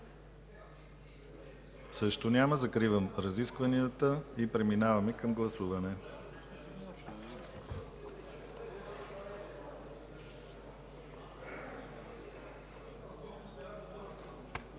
няма. Закривам разискванията и преминаваме към гласуване.